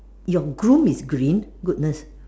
your groom is green goodness